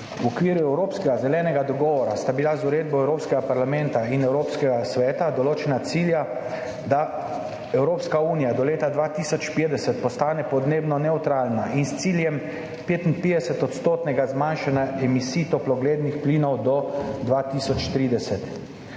V okviru evropskega zelenega dogovora sta bila z uredbo Evropskega parlamenta in Evropskega sveta določena cilja, da Evropska unija do leta 2050 postane podnebno nevtralna in s ciljem 55-odstotnega zmanjšanja emisij toplogrednih plinov do 2030.